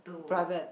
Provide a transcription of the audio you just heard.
private